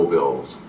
Bills